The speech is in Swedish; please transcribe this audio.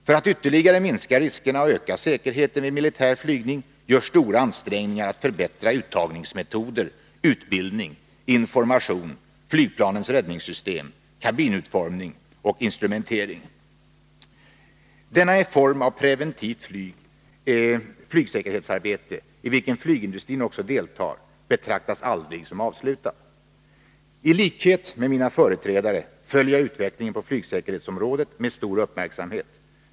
För att ytterligare minska riskerna och öka säkerheten vid militär flygning görs stora ansträngningar att förbättra uttagningsmetoder, utbildning, information, flygplanens räddningssystem, kabinutformning, instrumentering etc. Denna form av preventivt flygsäkerhetsarbete, i vilket flygindustrin också deltar, betraktas aldrig som avslutad. Tlikhet med mina företrädare följer jag utvecklingen på flygsäkerhetsområdet med stor uppmärksamhet.